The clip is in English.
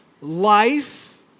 life